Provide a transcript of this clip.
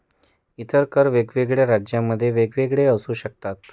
इतर कर वेगवेगळ्या राज्यांमध्ये वेगवेगळे असू शकतात